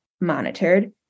monitored